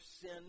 sin